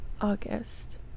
august